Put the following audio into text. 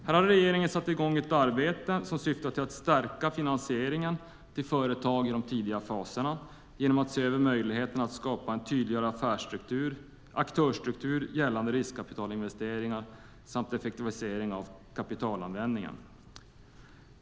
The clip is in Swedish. Här har regeringen satt i gång ett arbete som syftar till att stärka finansieringen till företag i tidiga faser genom att se över möjligheterna att skapa en tydligare aktörsstruktur gällande riskkapitalinvesteringar. Det gäller också effektivisering av kapitalanvändningen.